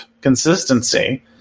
consistency